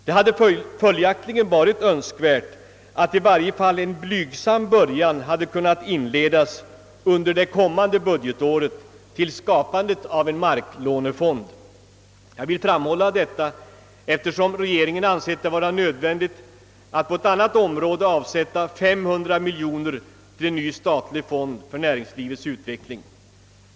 Det hade följaktligen varit önskvärt att i varje fall en blygsam början kunnat inledas under det kommande budgetåret till skapandet av en marklånefond. Jag vill framhålla detta eftersom regeringen ansett det vara nödvändigt att avsätta 500 miljoner till en ny statlig fond för näringslivets utveckling.